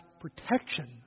protection